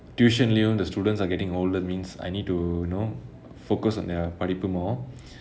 tuition leh யும்:yum the students are getting older means I need to know focus on their படிப்பு:padippu more